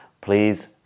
please